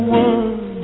one